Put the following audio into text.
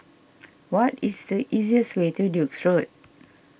what is the easiest way to Duke's Road